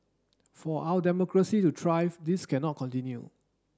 for our democracy to thrive this cannot continue